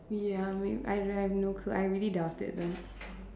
ya I mean I have no clue I really doubt it though